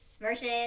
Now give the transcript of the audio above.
versus